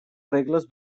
regles